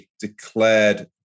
declared